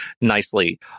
nicely